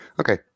Okay